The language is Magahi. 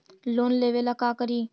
लोन लेबे ला का करि?